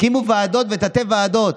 הקימו ועדות ותתי-ועדות.